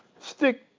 stick